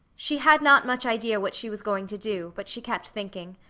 she had not much idea what she was going to do, but she kept thinking.